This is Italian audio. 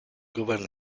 governo